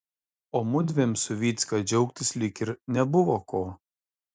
o mudviem su vycka džiaugtis lyg ir nebuvo ko